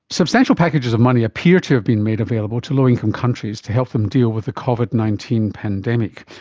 substantial packages of money appear to have been made available to low-income countries to help them deal with the covid nineteen pandemic,